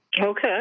Okay